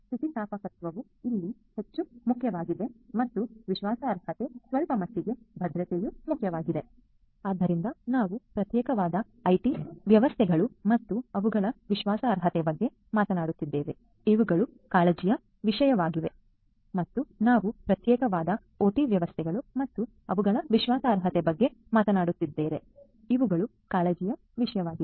ಸ್ಥಿತಿಸ್ಥಾಪಕತ್ವವು ಇಲ್ಲಿ ಹೆಚ್ಚು ಮುಖ್ಯವಾಗಿದೆ ಮತ್ತು ವಿಶ್ವಾಸಾರ್ಹತೆ ಸ್ವಲ್ಪ ಮಟ್ಟಿಗೆ ಭದ್ರತೆಯೂ ಮುಖ್ಯವಾಗಿದೆ ಆದ್ದರಿಂದ ನಾವು ಪ್ರತ್ಯೇಕವಾದ ಐಟಿ ವ್ಯವಸ್ಥೆಗಳು ಮತ್ತು ಅವುಗಳ ವಿಶ್ವಾಸಾರ್ಹತೆಯ ಬಗ್ಗೆ ಮಾತನಾಡುತ್ತಿದ್ದರೆ ಇವುಗಳು ಕಾಳಜಿಯ ವಿಷಯಗಳಾಗಿವೆ ಮತ್ತು ನಾವು ಪ್ರತ್ಯೇಕವಾದ ಒಟಿ ವ್ಯವಸ್ಥೆಗಳು ಮತ್ತು ಅವುಗಳ ವಿಶ್ವಾಸಾರ್ಹತೆಯ ಬಗ್ಗೆ ಮಾತನಾಡುತ್ತಿದ್ದರೆ ಇವುಗಳು ಕಾಳಜಿಯ ವಿಷಯಗಳಾಗಿವೆ